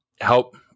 help –